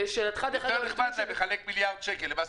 יותר נחמד להם לחלק מיליארד שקל למס